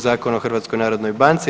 Zakona o HNB-u.